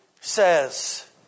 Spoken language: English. says